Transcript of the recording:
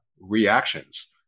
reactions